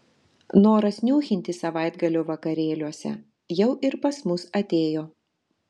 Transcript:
noras niūchinti savaitgalio vakarėliuose jau ir pas mus atėjo